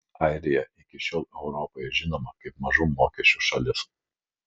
airija iki šiol europoje žinoma kaip mažų mokesčių šalis